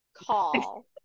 call